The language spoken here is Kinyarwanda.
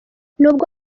nubwo